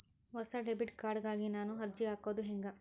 ಹೊಸ debit card ಗಾಗಿ ನಾನು ಅರ್ಜಿ ಹಾಕೊದು ಹೆಂಗ?